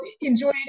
enjoy